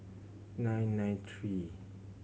nine nine three